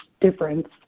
difference